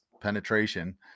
penetration